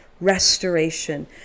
Restoration